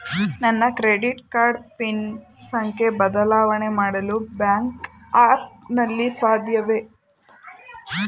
ನನ್ನ credit card pin ಸಂಖ್ಯೆ ಬದಲಾವಣೆ ಮಾಡಲು ಬ್ಯಾಂಕ್ ಆ್ಯಪ್ ನಲ್ಲಿ ಸಾಧ್ಯವೇ?